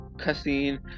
Cussing